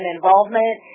involvement